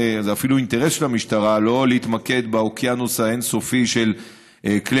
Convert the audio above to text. זה אפילו אינטרס של המשטרה שלא להתמקד באוקיינוס האין-סופי של כלי